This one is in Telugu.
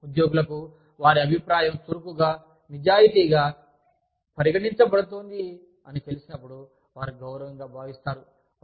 ఉద్యోగులకు వారి అభిప్రాయం చురుకుగా నిజాయితీగా పరిగణించబడుతోంది అది తెలిసినప్పుడు వారు గౌరవంగా భావిస్తారు